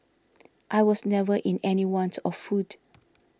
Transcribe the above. I was never in any want of food